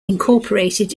incorporated